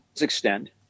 extend